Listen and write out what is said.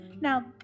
Now